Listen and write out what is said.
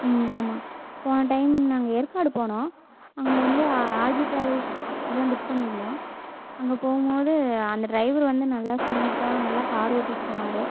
ம் ஆமாம் போன டைம் நாங்கள் ஏற்காடு போனோம் அங்கே வந்து ஆர் ஜி டிராவல்ஸ் தான் புக் பண்ணியிருந்தோம் அங்கே போகும் போது அந்த டிரைவர் வந்து நல்லா ஸ்மூத்தாக நல்லா கார் ஓட்டிகிட்டு போனார்